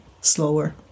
slower